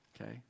okay